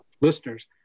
listeners